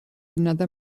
another